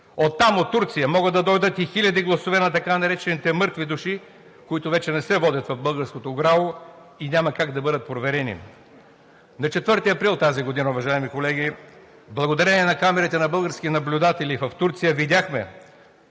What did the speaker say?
Оттам, от Турция, могат да дойдат и хиляди гласове на така наречените мъртви души, които вече не се водят в българското ГРАО и няма как да бъдат проверени. На 4 април тази година, уважаеми колеги, благодарение на камерите на български наблюдатели в Турция, видяхме